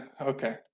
Okay